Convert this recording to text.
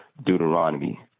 Deuteronomy